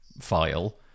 file